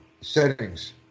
Settings